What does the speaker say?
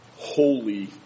holy